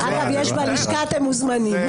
יש בלשכה, אתם מוזמנים.